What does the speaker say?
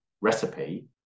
recipe